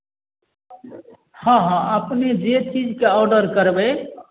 हँ हँ अपने जे चीजके ऑर्डर करबै